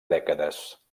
dècades